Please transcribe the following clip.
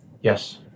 Yes